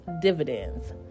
dividends